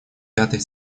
пятой